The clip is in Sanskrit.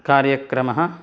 कार्यक्रमः